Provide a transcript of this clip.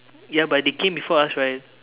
ya but they came before us right